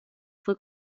fue